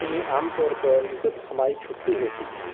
تو یہ عام طور پر جب ہماری چھٹی ہوتی ہے